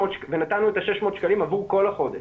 ונתנו את ה-600 שקלים עבור כל החודש.